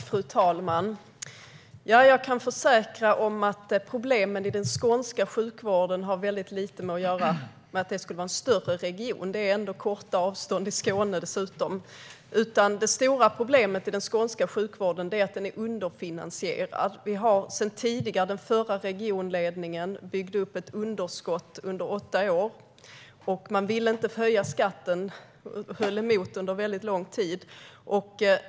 Fru talman! Jag kan försäkra att problemen inom den skånska sjukvården har lite att göra med att det är en större region. Avstånden är dessutom korta i Skåne. Det stora problemet i den skånska sjukvården är i stället att den är underfinansierad. Vi har sedan tidigare ett underskott som den förra regionledningen byggde upp under åtta år. De ville inte höja skatten, utan höll emot under lång tid.